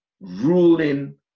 ruling